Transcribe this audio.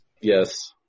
Yes